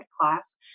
class